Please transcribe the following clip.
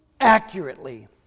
Accurately